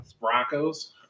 Broncos